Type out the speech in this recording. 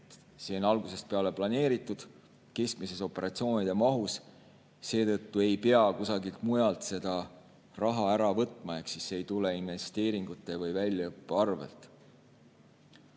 See on algusest peale planeeritud keskmises operatsioonide mahus ja seetõttu ei pea kusagilt mujalt raha ära võtma. See ei tule investeeringute või väljaõppe arvelt.